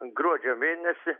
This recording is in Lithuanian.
gruodžio mėnesį